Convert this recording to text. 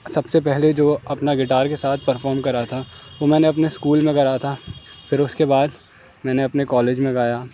سب سے پہلے جو اپنا گٹار کے ساتھ پرفام کرا تھا وہ میں نے اپنے اسکول میں کرا تھا پھر اس کے بعد میں نے اپنے کالج میں گایا